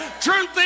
Truth